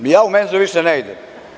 Ja u menzu više ne idem.